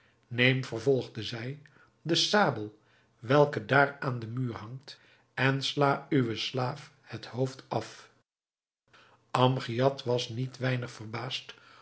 neem vervolgde zij de sabel welke daar aan den muur hangt en sla uwen slaaf het hoofd af amgiad was niet weinig verbaasd